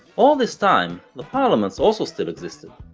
all this time, the parliaments also still existed,